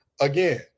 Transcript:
Again